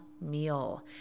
meal